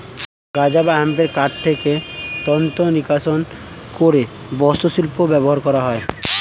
গাঁজা বা হেম্পের কান্ড থেকে তন্তু নিষ্কাশণ করে বস্ত্রশিল্পে ব্যবহার করা হয়